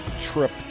trip